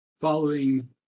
Following